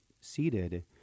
seated